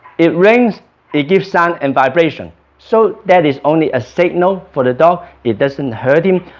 it rings it gives sound and vibration so that is only a signal for the dog. it doesn't hurt him.